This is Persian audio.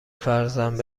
فرزند